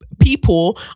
people